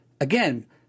again